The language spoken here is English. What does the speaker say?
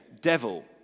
devil